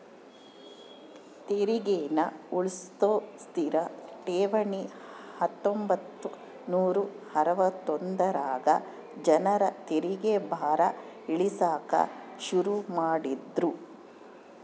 ತೆರಿಗೇನ ಉಳ್ಸೋ ಸ್ಥಿತ ಠೇವಣಿ ಹತ್ತೊಂಬತ್ ನೂರಾ ಅರವತ್ತೊಂದರಾಗ ಜನರ ತೆರಿಗೆ ಭಾರ ಇಳಿಸಾಕ ಶುರು ಮಾಡಿದ್ರು